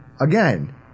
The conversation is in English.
Again